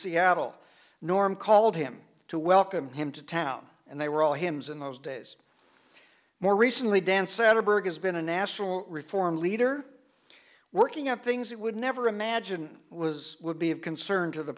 seattle norm called him to welcome him to town and they were all hymns in those days more recently dan said a bird has been a national reform leader working out things that would never imagine was would be of concern to the